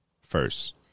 first